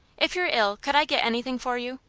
if you're ill, could i get anything for you?